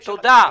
עודד, תודה.